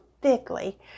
thickly